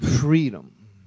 freedom